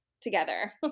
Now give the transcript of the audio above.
together